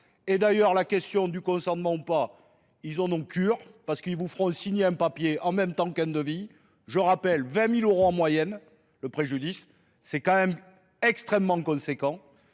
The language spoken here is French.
Et d'ailleurs, la question du consentement ou pas, ils en ont cure parce qu'ils vous feront signer un papier en même temps qu'un devis. Je rappelle, 20 000 euros en moyenne, le préjudice, c'est quand même extrêmement conséquent.